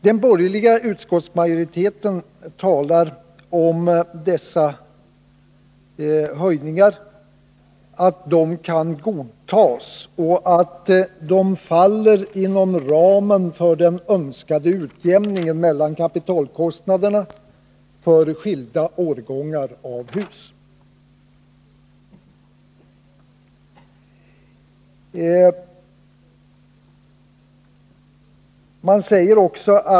Den borgerliga utskottsmajoriteten säger att dessa höjningar kan godtas och att de faller inom ramen för den önskade utjämningen mellan kapitalkostnaderna för skilda årgångar av hus.